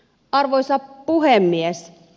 arvoisa puhemies